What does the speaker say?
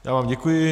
Já vám děkuji.